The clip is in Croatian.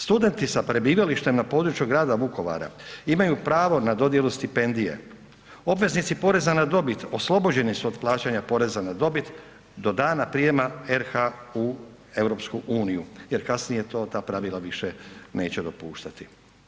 Studenti sa prebivalištem na području grada Vukovara imaju pravo na dodjelu stipendije, obveznici poreza na dobit oslobođeni su od plaćanja poreza na dobit do dana prijema RH u EU jer kasnije to ta pravila više neće dopuštati.